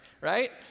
right